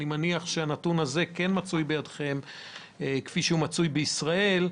אני מניח שהנתון הזה כן מצוי בידHכם כפי שהוא מצוי בישראל,